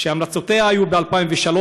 שהמלצותיה היו ב-2003,